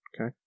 Okay